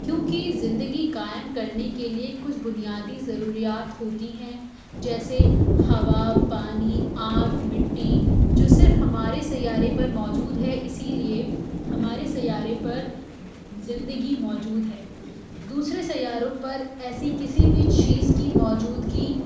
کیوں کہ زندگی قائم کرنے کے لیے کچھ بنیادی ضروریات ہوتی ہیں جیسے ہوا پانی آگ مٹی جو صرف ہمارے سیارے پر موجود ہے اسی لیے ہمارے سیارے پر زندگی موجود ہے دوسرے سیاروں پر ایسی کسی بھی چیز کی موجودگی